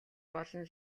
болно